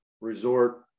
Resort